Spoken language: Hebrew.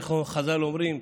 איך חז"ל אומרים?